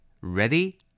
Ready